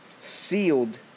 sealed